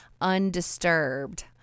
undisturbed